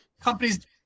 companies